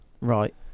right